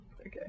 Okay